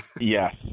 Yes